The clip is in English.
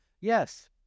Yes